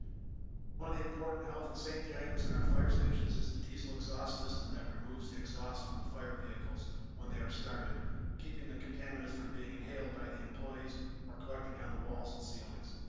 one of the important health and safety items in our fire stations is the diesel exhaust system that removes the exhaust from the fire vehicles when they are started keeping the contaminants from being inhaled by the employees are collecting on the walls and ceilings.